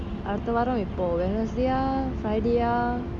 அடுத்த வாரம் எப்போ:adutha vaaram epo wednesday ah friday ah